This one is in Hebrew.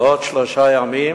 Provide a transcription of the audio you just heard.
ובעוד שלושה ימים,